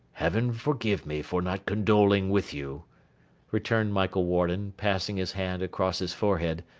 heaven forgive me for not condoling with you returned michael warden, passing his hand across his forehead,